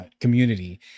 community